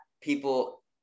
people